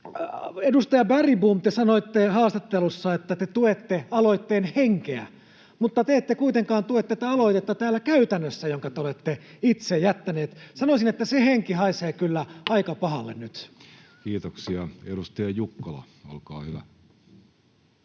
Edustaja Bergbom, te sanoitte haastattelussa, että te tuette aloitteen henkeä, mutta te ette kuitenkaan tue täällä käytännössä tätä aloitetta, jonka te olette itse jättäneet. Sanoisin, että se henki haisee kyllä aika pahalle nyt.